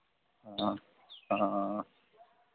हाँ हाँ